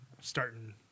Starting